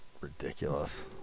ridiculous